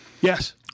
Yes